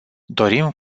dorim